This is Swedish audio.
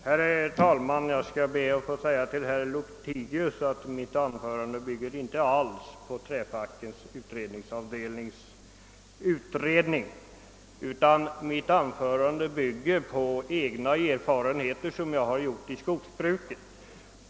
Herr talman! Mitt anförande byggde inte alls, herr Lothigius, på träfackens utredningsavdelnings utredning utan på egna erfarenheter som jag har gjort i skogsbruket.